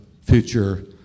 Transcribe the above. future